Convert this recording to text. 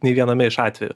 nei viename iš atvejų